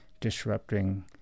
disrupting